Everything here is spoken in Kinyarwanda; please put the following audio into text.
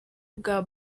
bwa